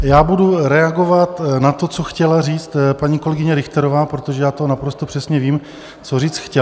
Já budu reagovat na to, co chtěla říct paní kolegyně Richterová, protože já to naprosto přesně vím, co říct chtěla.